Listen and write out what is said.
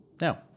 Now